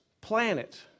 planet